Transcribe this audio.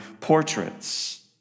portraits